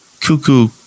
cuckoo